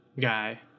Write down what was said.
guy